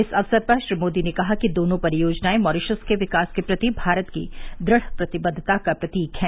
इस अवसर पर श्री मोदी ने कहा कि दोनों परियोजनाएं मॉरिशस के विकास के प्रति भारत की दृढ़ प्रतिबद्वता का प्रतीक है